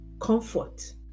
comfort